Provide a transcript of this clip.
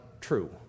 true